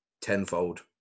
tenfold